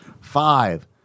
Five